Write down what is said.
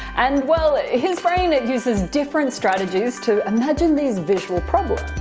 and, well, his brain uses different strategies to imagine these visual problems.